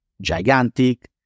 gigantic